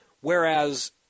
whereas